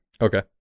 Okay